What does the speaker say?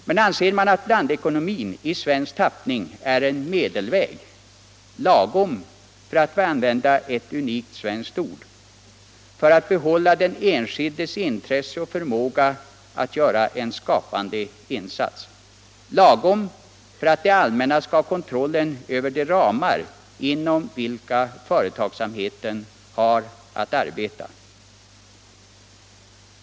Man anser att blandekonomin i svensk tappning är en medelväg, lagom — för att använda ett unikt svenskt ord — för att behålla den enskildes intresse och förmåga att göra en skapande insats, lagom för att det allmänna skall ha kontrollen över de ramar inom vilka företagsamheten har att arbeta.